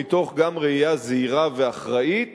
גם מתוך ראייה זהירה ואחראית